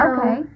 Okay